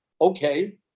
Okay